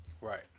Right